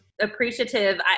appreciative